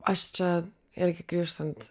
aš čia irgi grįžtant